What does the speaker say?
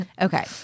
Okay